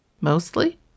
Mostly